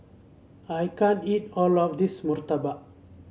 I can't eat all of this murtabak